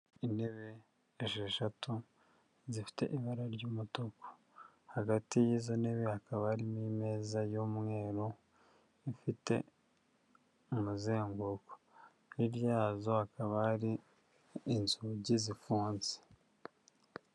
Intebe esheshatu zifite ibara ry'umutuku, hagati y'izo ntebe hakaba harimo imeza y'umweru ifite umuzenguko hirya yazo hakaba hari inzugi zifunze.